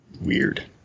Weird